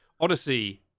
Odyssey